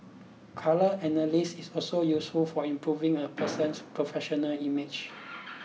colour analysis is also useful for improving a person's professional image